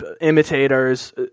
imitators